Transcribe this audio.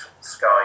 Sky